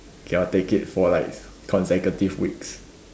cannot take it for like consecutive weeks